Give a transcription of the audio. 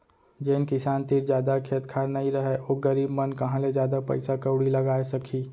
जेन किसान तीर जादा खेत खार नइ रहय ओ गरीब मन कहॉं ले जादा पइसा कउड़ी लगाय सकहीं